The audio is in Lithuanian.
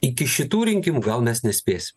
iki šitų rinkimų gal mes nespėsim